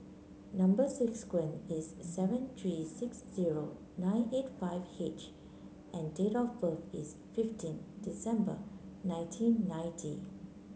number is seven three six zero nine eight five H and date of birth is fifteen December nineteen ninety